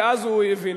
ואז הוא יבין.